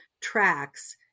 tracks